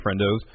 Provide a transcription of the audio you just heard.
friendos